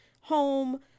home